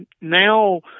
now